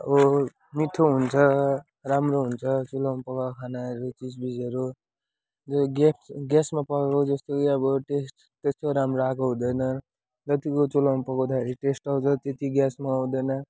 अब मिठो हुन्छ राम्रो हुन्छ चुलोमा पकाएको खानाहरू चिजबिजहरू यो ग्यास ग्यासमा पकाएको जस्तै कि अब टेस्ट त्यस्तो राम्रो आएको हुँदैन जतिको चुलामा पकाउँदाखेरि टेस्ट छ ज त्यति ग्यासमा आउँदैन